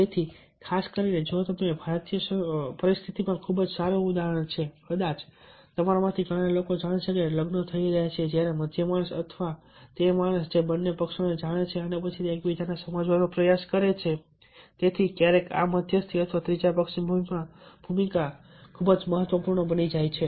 તેથી ખાસ કરીને જો તમે જોશો કે ભારતીયોની પરિસ્થિતિમાં ખૂબ જ સારું ઉદાહરણ છે કદાચ તમારામાંથી ઘણા લોકો જાણે છે કે લગ્નો થઈ રહ્યા છે જ્યારે મધ્યમ માણસ અથવા તે માણસ જે બંને પક્ષોને જાણે છે અને પછી તે એકબીજાને સમજાવવાનો પ્રયાસ કરે છે તેથી ક્યારેક આ મધ્યસ્થી અથવા ત્રીજા પક્ષની ભૂમિકા ખૂબ જ મહત્વપૂર્ણ બની જાય છે